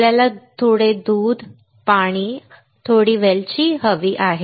आपल्याला दूध थोडे पाणी थोडी वेलची हवी आहे